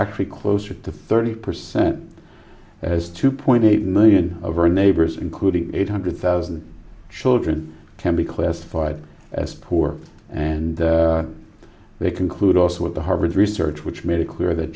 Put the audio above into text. actually closer to thirty percent as two point eight million of our neighbors including eight hundred thousand children can be classified as poor and they conclude also at the harvard research which made it clear that